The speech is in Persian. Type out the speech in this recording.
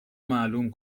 معلوم